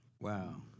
Wow